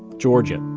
georgia,